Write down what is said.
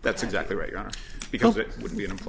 that's exactly right because it would be an emp